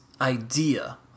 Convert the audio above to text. idea